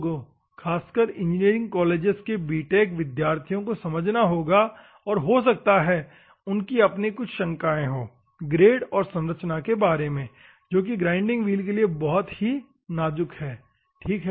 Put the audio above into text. लोगों खासकर engineering colleges के बीटेक विधयर्थियो को समझना होगा और हो सकता है उनके अपनी कुछ शंकाएं हो ग्रेड और संरचना के बारे में जो कि ग्राइंडिंग व्हील के लिए बहुत ही नाजुक है ठीक है